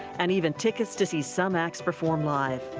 and even tickets to see some acts performed lived.